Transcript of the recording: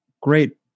great